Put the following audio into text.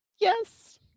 Yes